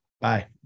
Bye